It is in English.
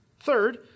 Third